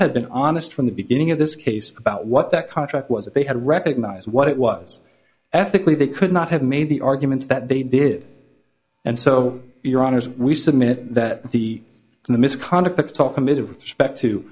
had been honest from the beginning of this case about what that contract was that they had recognized what it was ethically they could not have made the arguments that they did and so your honour's we submit that the the misconduct it's all committed with respect to